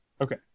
Okay